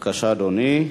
אדוני,